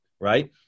right